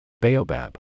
Baobab